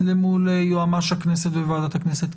למול היועץ המשפטי של הכנסת וועדת הכנסת.